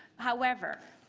however,